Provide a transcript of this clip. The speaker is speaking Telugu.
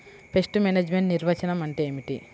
పెస్ట్ మేనేజ్మెంట్ నిర్వచనం ఏమిటి?